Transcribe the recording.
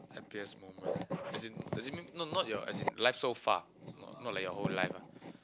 happiest moment as in as in may~ no not your as in life so far not not like your whole life ah